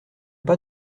pas